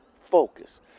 focus